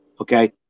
Okay